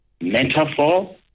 metaphor